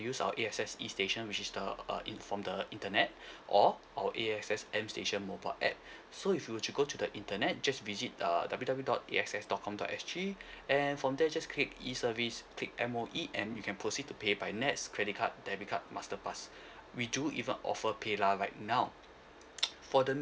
use our A_X_S E station which is the uh it from the internet or our A_X_S M station mobile app so if you were to go to the internet just visit the W W dot A_X_S dot com dot S_G and from there just click E service click M_O_E and you can proceed to pay by nets credit card debit card masterpass we do even offer paylah right now for the